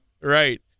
Right